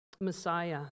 Messiah